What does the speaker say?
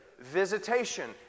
Visitation